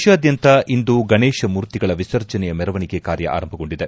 ದೇತಾದ್ಖಂತ ಇಂದು ಗಣೇಶ ಮೂರ್ತಿಗಳ ವಿಸರ್ಜನೆಯ ಮೆರವಣಿಗೆ ಕಾರ್ಯ ಆರಂಭಗೊಂಡಿದೆ